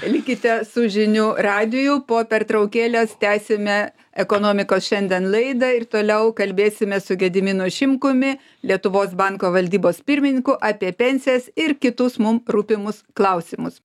likite su žinių radiju po pertraukėlės tęsime ekonomikos šiandien laidą ir toliau kalbėsimės su gediminu šimkumi lietuvos banko valdybos pirmininku apie pensijas ir kitus mum rūpimus klausimus